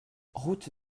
route